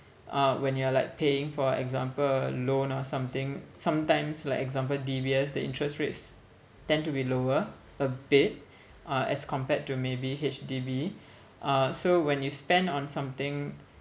uh when you are like paying for example loan or something sometimes like example D_B_S the interest rates tend to be lower a bit uh as compared to maybe H_D_B uh so when you spend on something